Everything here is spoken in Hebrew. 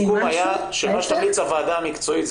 הסיכום היה שמה שתמליץ הוועדה המקצועית,